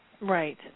Right